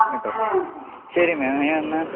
കേട്ടോ ശെരി മാം ഞാനെന്നാൽ